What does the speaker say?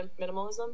Minimalism